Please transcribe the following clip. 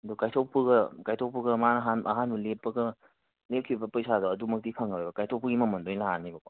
ꯑꯗꯨ ꯀꯥꯏꯊꯣꯛꯄꯒ ꯀꯥꯏꯊꯣꯛꯄꯒ ꯃꯥ ꯑꯍꯥꯟꯕ ꯂꯦꯞꯄꯒ ꯂꯦꯞꯈꯤꯕ ꯄꯩꯁꯥꯗꯣ ꯑꯗꯨꯃꯛꯇꯤ ꯐꯪꯉꯔꯣꯏ ꯀꯥꯏꯊꯣꯛꯄꯒꯤ ꯃꯃꯜꯗ ꯑꯣꯏꯅ ꯂꯥꯛꯑꯅꯤꯕꯀꯣ